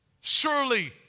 Surely